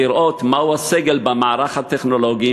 לראות מהו הסגל במערך הטכנולוגי,